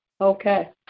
Okay